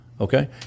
okay